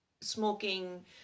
smoking